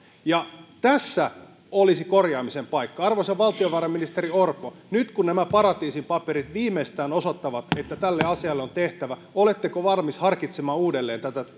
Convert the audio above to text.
ja tässä olisi korjaamisen paikka arvoisa valtiovarainministeri orpo nyt kun nämä paratiisin paperit viimeistään osoittavat että tälle asialle on tehtävä jotain oletteko valmis harkitsemaan uudelleen tätä